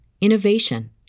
innovation